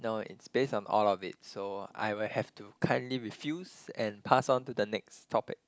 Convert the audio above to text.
no it's based on all of it so I will have to kindly refuse and pass on to the next topic